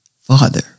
Father